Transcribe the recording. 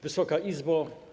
Wysoka Izbo!